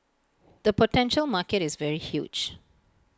the potential market is very huge